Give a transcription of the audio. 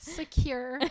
secure